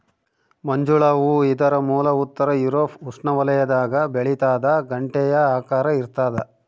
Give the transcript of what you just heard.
ಮಂಜುಳ ಹೂ ಇದರ ಮೂಲ ಉತ್ತರ ಯೂರೋಪ್ ಉಷ್ಣವಲಯದಾಗ ಬೆಳಿತಾದ ಗಂಟೆಯ ಆಕಾರ ಇರ್ತಾದ